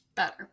Better